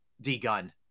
D-Gun